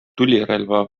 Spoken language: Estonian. tulirelva